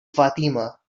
fatima